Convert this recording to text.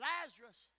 Lazarus